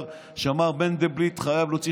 אני חשבתי שזה דבר שמר מנדלבליט חייב להוציא